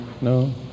No